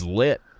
lit